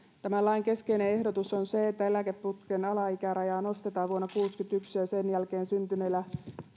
tämän lain keskeinen ehdotus on se että eläkeputken alaikärajaa nostetaan vuonna tuhatyhdeksänsataakuusikymmentäyksi ja sen jälkeen syntyneillä